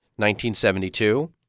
1972